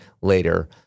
later